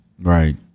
Right